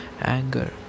anger